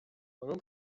mogę